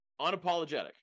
Unapologetic